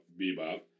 Bebop